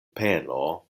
peno